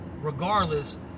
regardless